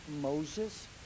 Moses